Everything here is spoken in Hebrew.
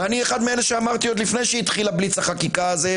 כפי שאמרתם גם בסקירה המשווה וגם בהשוואה